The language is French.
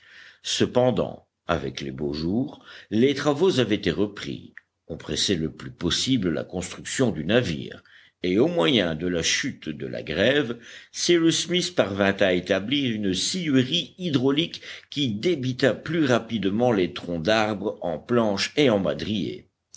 cependant avec les beaux jours les travaux avaient été repris on pressait le plus possible la construction du navire et au moyen de la chute de la grève cyrus smith parvint à établir une scierie hydraulique qui débita plus rapidement les troncs d'arbres en planches et en madriers